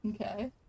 Okay